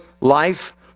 life